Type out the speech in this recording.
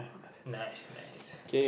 nice nice